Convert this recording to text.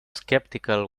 skeptical